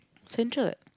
central